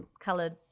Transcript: colored